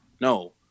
No